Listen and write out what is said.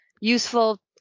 Useful